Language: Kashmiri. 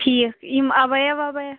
ٹھیٖک یِم اَبیا وَبَیا